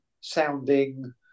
sounding